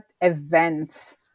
events